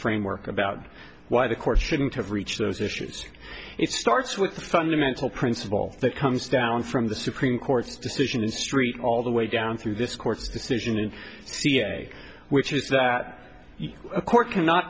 framework about why the court shouldn't have reach those issues it starts with the fundamental principle that comes down from the supreme court's decision in st all the way down through this court's decision in ca which is that a court cannot